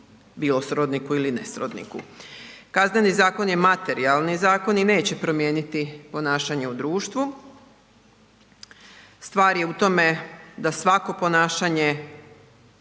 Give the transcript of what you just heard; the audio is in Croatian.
bilo srodniku ili ne srodniku. Kazneni zakon je materijalni zakon i neće promijeniti ponašanje u društvu, stvar je u tome da svako ponašanje,